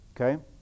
Okay